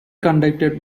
conducted